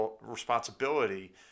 responsibility